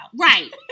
Right